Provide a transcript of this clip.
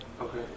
Okay